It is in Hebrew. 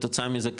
כתוצאה מזה,